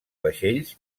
vaixells